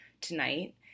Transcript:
tonight